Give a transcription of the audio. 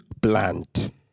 plant